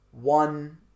one